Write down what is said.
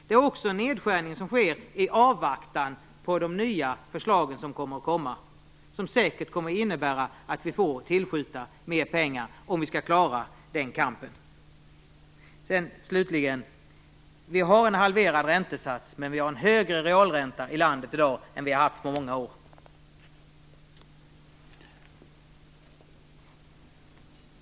Det sker också en nedskärning i avvaktan på de nya förslag som kommer, och som säkert kommer att innebära att vi får tillskjuta mer pengar om vi skall klara den kampen. Vi har en halverad räntesats, men vi har en högre realränta än vi haft på många år här i landet.